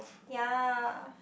ya